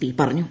P പറഞ്ഞു